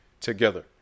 together